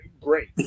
Great